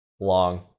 long